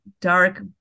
dark